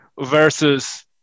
versus